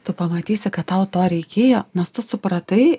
tu pamatysi kad tau to reikėjo nes tu supratai